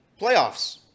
playoffs